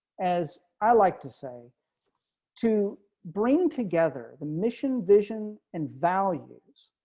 as i like to say to bring together the mission, vision and values.